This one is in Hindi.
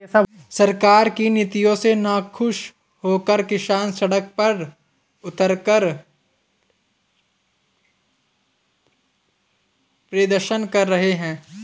सरकार की नीतियों से नाखुश होकर किसान सड़क पर उतरकर प्रदर्शन कर रहे हैं